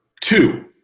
two